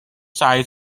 side